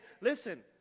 listen